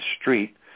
street